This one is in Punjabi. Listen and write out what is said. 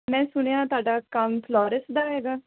ਮੈਂ ਸੁਣਿਆ ਤੁਹਾਡਾ ਕੰਮ ਫਲੋਰਸ ਦਾ ਹੈਗਾ